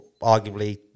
arguably